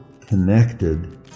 connected